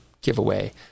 giveaway